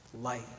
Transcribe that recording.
light